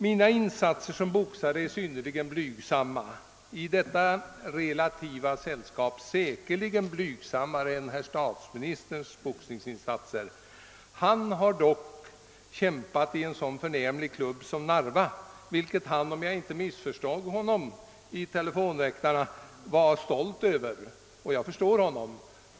Mina insatser som boxare är synnerligen blyg samma — i detta relativa sällskap säkerligen blygsammare än herr statsministerns boxningsinsatser. Han har dock kämpat i en så förnämlig klubb som Narva boxningsklubb, vilket han — om jag inte missuppfattade honom när han talade om saken i telefonväktarprogrammet — var stolt över. Och jag förstår honom.